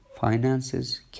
finances